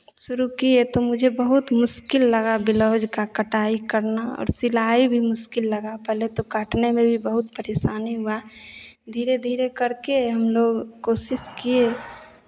शुरू किए तो मुझे बहुत मुश्किल लगा ब्लाउज़ का कटाई करना और सिलाई भी मुश्किल लगा पहले तो काटने में भी बहुत परेशानी हुआ धीरे धीरे करके हम लोग कोशिश किए